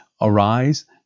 arise